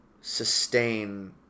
sustain